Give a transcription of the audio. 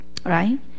Right